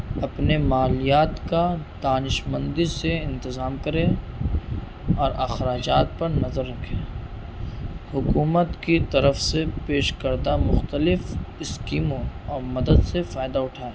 اپنے مالیات کا دانش مندی سے انتظام کریں اور اخراجات پر نظر رکھیں حکومت کی طرف سے پیش کردہ مختلف اسکیموں اور مدد سے فائدہ اٹھائیں